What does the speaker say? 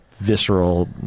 visceral